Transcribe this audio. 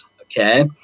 okay